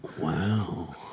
Wow